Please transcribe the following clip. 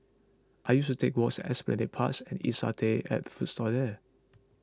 I used to take walks at Esplanade Parks and eat satay at food stalls there